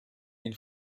nel